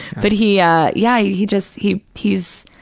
but he, yeah, yeah yeah he just, he, he's,